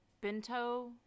Bento